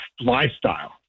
lifestyle